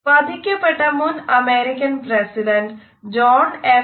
വധിക്കപ്പെട്ട മുൻ American president John A F